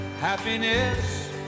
happiness